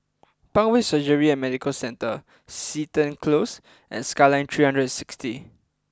Parkway Surgery and Medical Centre Seton Close and Skyline three hundred and sixty